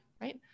right